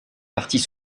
parties